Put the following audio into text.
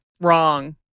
wrong